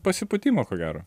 pasipūtimo ko gero